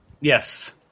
Yes